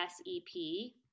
SEP